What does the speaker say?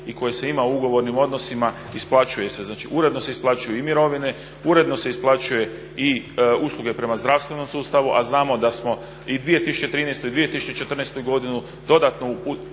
i koje ima ugovornim odnosima isplaćuje se. Znači uredno se isplaćuju i mirovine, uredno se isplaćuju i usluge prema zdravstvenom sustavu, a znamo da smo i 2013. i 2014. godinu dodatno ubacili